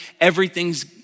everything's